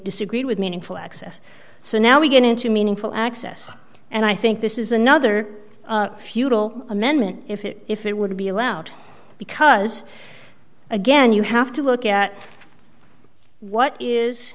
disagreed with meaningful access so now we get into meaningful access and i think this is another futile amendment if it if it would be allowed because again you have to look at what is